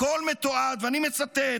הכול מתועד, ואני מצטט.